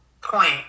point